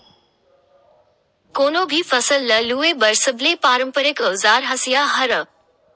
कोनो भी फसल ल लूए बर सबले पारंपरिक अउजार हसिया हरय